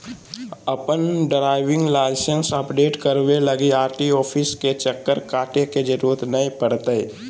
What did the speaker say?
अपन driving licence update कराबे लगी आर.टी.ओ ऑफिस के चक्कर काटे के जरूरत नै पड़तैय